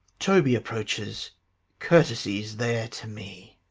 toby approaches curtsies there to me